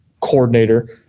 coordinator